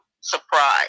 surprise